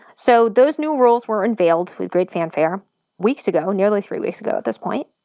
so those new rules were unveiled with great fanfare weeks ago, nearly three weeks ago at this point.